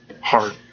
hard